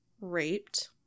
raped